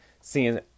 Seeing